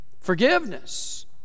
Forgiveness